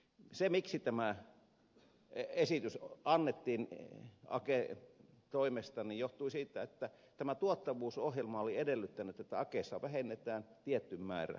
se miksi tämä esitys annettiin aken toimesta johtui siitä että tuottavuusohjelma oli edellyttänyt että akessa vähennetään tietty määrä työntekijöitä